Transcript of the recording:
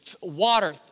water